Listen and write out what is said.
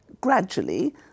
gradually